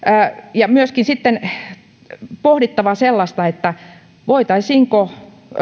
myöskin sitten on pohdittava sellaista voitaisiinko